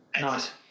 nice